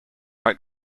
might